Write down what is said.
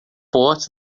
fortes